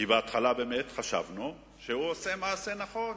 כי בהתחלה באמת חשבנו שהוא עושה מעשה נכון,